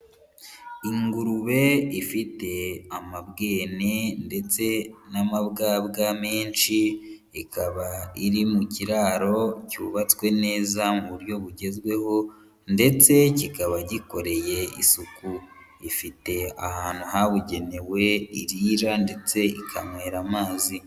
Ingurube ifite amabwene ndetse n'amabwabwa menshi, ikaba iri mu kiraro cyubatswe neza mu buryo bugezweho ndetse kikaba gikoreye isuku. Ifite ahantu habugenewe irira ndetse ikanywera amazi.